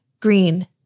green